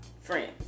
friends